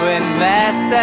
invest